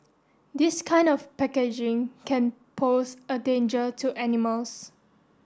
this kind of packaging can pose a danger to animals